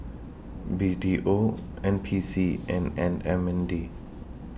B T O N P C and N M N D